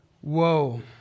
Whoa